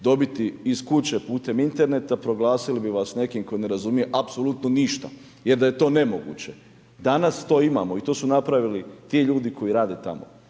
dobiti iz kuće putem interneta, proglasili bi vas nekim koji ne razumije apsolutno ništa jer da je to nemoguće. Danas to imamo i to su napravili ti ljudi koji rade tamo.